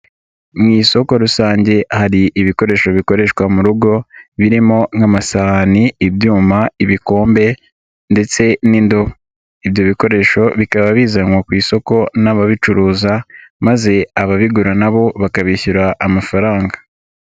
Mu isoko rusange hari ibikoresho bikoreshwa mu rugo, birimo nk'amasahani, ibyuma, ibikombe ndetse n'indobo. Ibyo bikoresho bikaba bizanwa ku isoko n'ababicuruza maze ababigura na bo bakabishyura amafaranga.